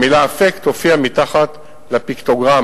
המלה "אפק" תופיע מתחת לפיקטוגרמה.